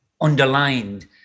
underlined